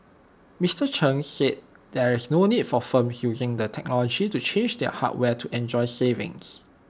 Mister Chen said there is no need for firms using the technology to change their hardware to enjoy savings